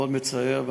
מאוד מצער,